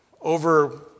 Over